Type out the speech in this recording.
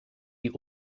die